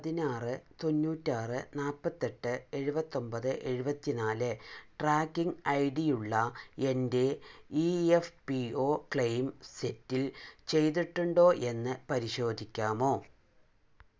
പതിനാറ് തൊണ്ണൂറ്റിയാറ് നാൽപത്തിയെട്ട് എഴുപത്തിയൊൻപത് എഴുപത്തിനാല് ട്രാക്കിംഗ് ഐ ഡിയുള്ള എൻ്റെ E F P O claim settle ചെയ്തിട്ടുണ്ടോ എന്ന് പരിശോധിക്കാമോ